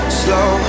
slow